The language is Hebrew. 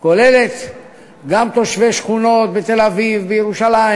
כוללת גם תושבי שכונות בתל-אביב, בירושלים,